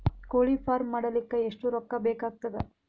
ಕೋಳಿ ಫಾರ್ಮ್ ಮಾಡಲಿಕ್ಕ ಎಷ್ಟು ರೊಕ್ಕಾ ಬೇಕಾಗತದ?